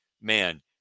man